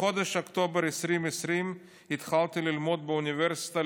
בחודש אוקטובר 2020 התחלתי ללמוד באוניברסיטה